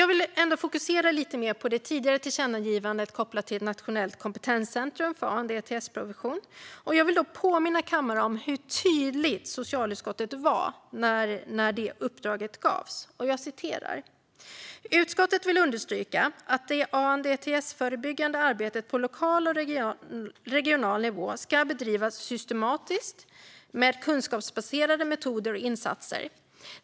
Jag vill fokusera lite mer på det tidigare tillkännagivandet som handlar om ett nationellt kompetenscentrum för ANDTS-prevention och påminna kammaren om hur tydligt socialutskottet var i den frågan. Jag citerar ur utskottets ställningstagande: "Utskottet vill understryka att det förebyggande ANDTS-arbetet på lokal och regional nivå ska bedrivas systematiskt med kunskapsbaserade metoder och insatser.